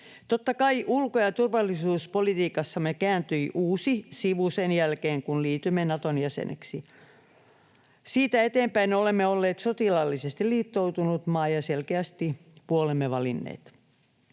Totta kai ulko‑ ja turvallisuuspolitiikassamme kääntyi uusi sivu sen jälkeen, kun liityimme Naton jäseneksi. Siitä eteenpäin olemme olleet sotilaallisesti liittoutunut maa ja selkeästi puolemme valinneet.